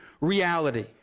reality